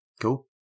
Cool